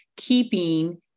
Keeping